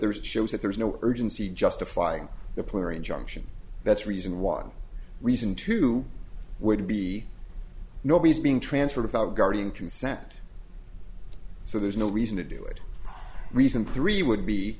there's shows that there's no urgency justifying the player injunction that's reason one reason to would be nobody's being transferred out guarding consent so there's no reason to do it reason three would be